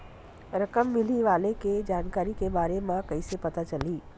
रकम मिलही वाले के जानकारी के बारे मा कइसे पता चलही?